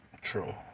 True